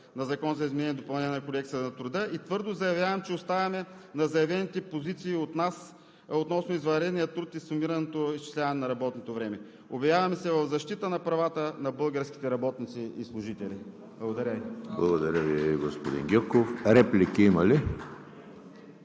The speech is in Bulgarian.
на Закона за изменение и допълнение на Кодекса на труда. Твърдо заявявам, че оставаме на заявените позиции от нас относно извънредния труд и сумираното изчисляване на работното време. Обявяваме се в защита на правата на българските работници и служители. Благодаря Ви. (Частични ръкопляскания